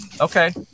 Okay